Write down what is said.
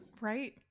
Right